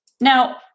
Now